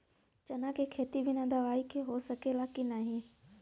चना के खेती बिना दवाई के हो सकेला की नाही?